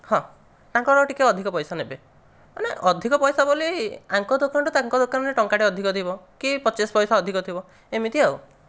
ହଁ ତାଙ୍କର ଟିକେ ଅଧିକ ପଇସା ନେବେ ମାନେ ଅଧିକ ପଇସା ବୋଲି ଆଙ୍କ ଦୋକାନଠୁ ତାଙ୍କ ଦୋକାନରେ ଟଙ୍କାଟେ ଅଧିକ ଥିବ କି ପଚିଶ ପଇସା ଅଧିକ ଥିବ ଏମିତି ଆଉ